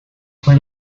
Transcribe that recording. fue